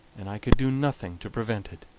and i could do nothing to prevent it.